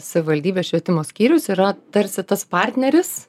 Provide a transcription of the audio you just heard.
savivaldybės švietimo skyrius yra tarsi tas partneris